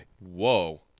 Whoa